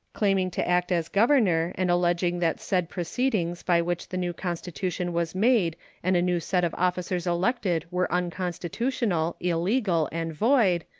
claiming to act as governor, and alleging that said proceedings by which the new constitution was made and a new set of officers elected were unconstitutional, illegal, and void,